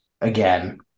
again